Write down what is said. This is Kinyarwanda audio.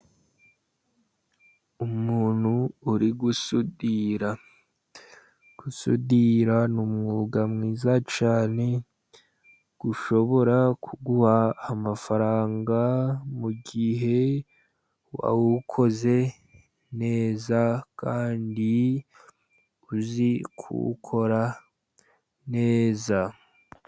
Umuntu uri gusudira. Gusudira ni umwuga mwiza cyane ushobora kuguha amafaranga, mu gihe wawukoze neza kandi uzi kuwukora neza.